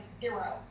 zero